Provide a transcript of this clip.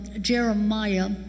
Jeremiah